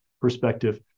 perspective